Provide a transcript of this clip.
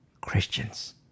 Christians